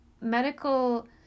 medical